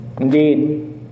Indeed